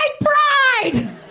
pride